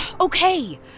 okay